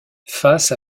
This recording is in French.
face